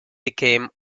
became